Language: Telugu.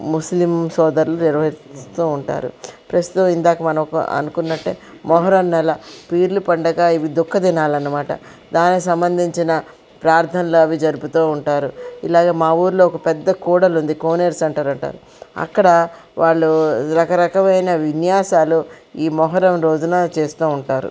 ముస్లిం సోదరులు నిర్వహిస్తూ ఉంటారు ప్రస్తుతం ఇందాక మనం అనుకున్నట్టే మొహరం అలా పీర్ల పండుగ ఇవి దుఃఖ దినాలు అన్నమాట దానికి సంబంధించిన ప్రార్ధనలు అవి జరుపుతూ ఉంటారు అలాగే మా ఊరిలో ఒక పెద్ద కూడలి ఉంది కోనేరు సెంటరు అంటారు అక్కడ వాళ్ళు రకరకమైన విన్యాసాలు ఈ మొహరం రోజున చేస్తూ ఉంటారు